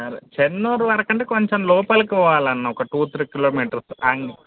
సరే చెన్నూరు వరకు అంటే కొంచెం లోపలకి పోవాలన్న ఒక టూ త్రీ కిలోమీటర్స్